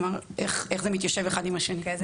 איך זה מתיישב אחד עם השני?